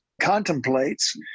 contemplates